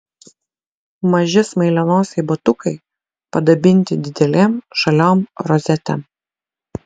maži smailianosiai batukai padabinti didelėm žaliom rozetėm